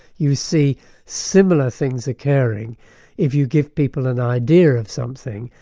you see similar things occurring if you give people an idea of something,